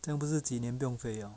这样不是几年不用飞 liao